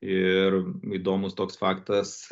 ir įdomus toks faktas